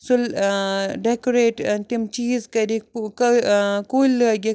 سُہ ل ٲں ڈیٚکوریٹ ٲں تِم چیٖز کٔرِکھ ہُو ک ٲں کُلۍ لٲگِکھ